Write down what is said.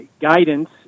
guidance